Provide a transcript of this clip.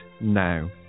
now